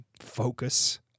focus